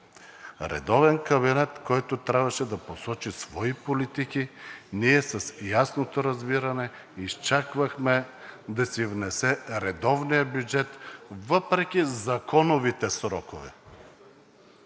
Редовен кабинет, който трябваше да посочи свои политики, ние с ясното разбиране изчаквахме да си внесе редовния бюджет, въпреки законовите срокове.